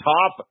Top